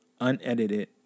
unedited